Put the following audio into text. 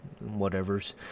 whatever's